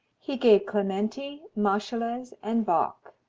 he gave clementi, moscheles and bach.